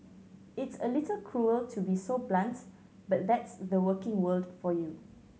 it's a little cruel to be so blunt but that's the working world for you